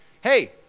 hey